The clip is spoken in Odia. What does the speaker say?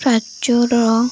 ରାଜ୍ୟର